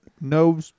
no